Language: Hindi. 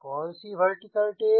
कौन सी वर्टिकल टेल